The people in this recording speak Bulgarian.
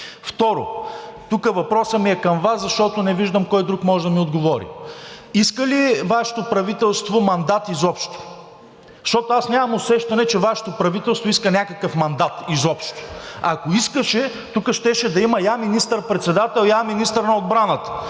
Второ – тук въпросът ми е към Вас, защото не виждам кой друг може да ми отговори: иска ли Вашето правителство мандат изобщо? Защото аз нямам усещане, че Вашето правителство иска някакъв мандат изобщо. Ако искаше, тук щеше да има я министър-председател, я министър на отбраната,